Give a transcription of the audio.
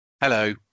Hello